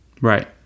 Right